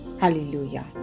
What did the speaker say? Hallelujah